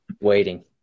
Waiting